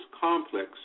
complex